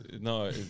No